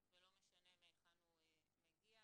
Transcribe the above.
ולא משנה מהיכן הוא מגיע,